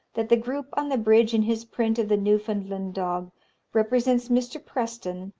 that the group on the bridge in his print of the newfoundland dog represents mr. preston,